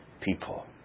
people